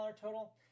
total